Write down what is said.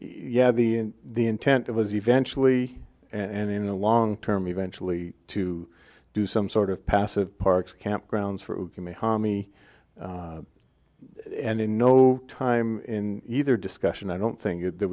yeah the the intent was eventually and in the long term eventually to do some sort of passive parks campgrounds for me and in no time in either discussion i don't think that